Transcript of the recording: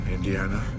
Indiana